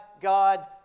God